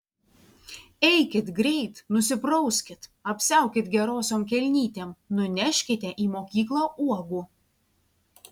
eikit greit nusiprauskit apsiaukit gerosiom kelnytėm nunešite į mokyklą uogų